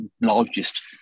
largest